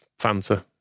Fanta